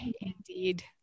Indeed